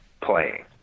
playing